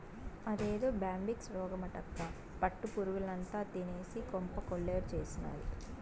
అదేదో బ్యాంబిక్స్ రోగమటక్కా పట్టు పురుగుల్నంతా తినేసి కొంప కొల్లేరు చేసినాది